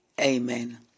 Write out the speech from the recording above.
Amen